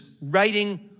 writing